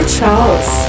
Charles